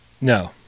No